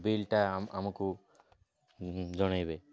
ବିଲ୍ଟା ଆମକୁ ଜଣାଇବେ